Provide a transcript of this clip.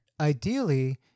Ideally